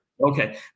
Okay